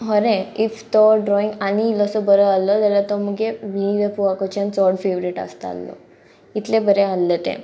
हरें if तो drawing आनी इल्लोसो बरो आहलो जाल्यार तो मुगे विवाकच्यान चड फेवरेट आसतालो इतलें बरें आहलें तें